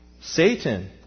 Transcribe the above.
Satan